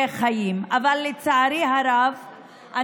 כמו כלבת ומחלות אחרות,